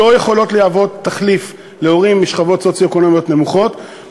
לא יכולות להוות תחליף להורים משכבות סוציו-אקונומיות נמוכות.